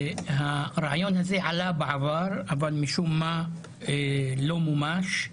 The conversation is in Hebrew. הרעיון הזה עלה בעבר אך לא מומש.